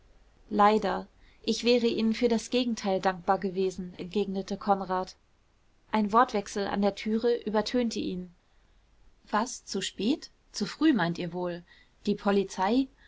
leider ich wäre ihnen für das gegenteil dankbar gewesen entgegnete konrad ein wortwechsel an der türe übertönte ihn was zu spät zu früh meint ihr wohl die polizei